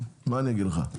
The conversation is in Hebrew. מה אני אגיד לך.